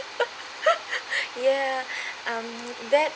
ya um that